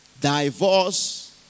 divorce